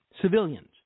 civilians